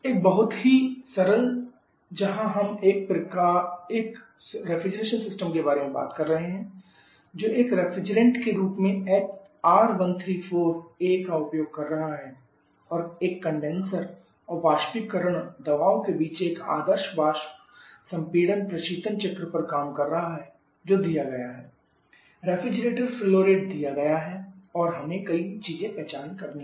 एक बहुत ही सरल जहां हम एक रेफ्रिजरेशन सिस्टम के बारे में बात कर रहे हैं जो एक रेफ्रिजरेंट के रूप में R134a का उपयोग कर रहा है और एक कंडेनसर और बाष्पीकरण दबाव के बीच एक आदर्श वाष्प संपीड़न प्रशीतन चक्र पर काम कर रहा है जो दिया गया है रेफ्रिजरेटर फ्लो रेट दिया गया है और हमें कई चीजे पहचान करनी हैं